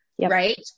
right